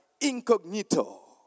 incognito